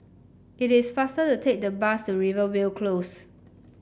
it is faster to take the bus to Rivervale Close